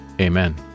Amen